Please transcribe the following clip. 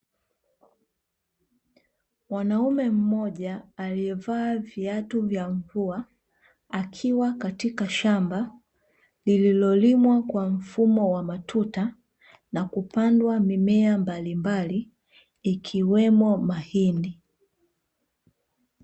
Mwanaume mmoja aliyevaa viatu vya mvua, akiwa katika shamba lililolimwa kwa mfumo wa matuta na kupandwa mimea mbalimbali, ikiwemo mahindi.